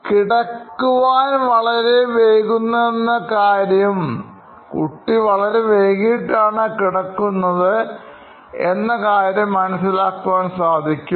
കിടക്കുവാൻ വളരെ വൈകുന്നതെന്ന് കാര്യം മനസ്സിലാക്കാൻ സാധിക്കും